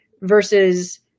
versus